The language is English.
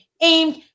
aimed